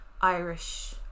Irish